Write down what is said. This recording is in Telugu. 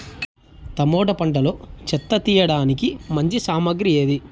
టమోటా పంటలో చెత్త తీయడానికి మంచి సామగ్రి ఏది?